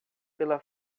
pela